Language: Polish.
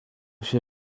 się